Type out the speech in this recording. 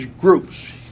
groups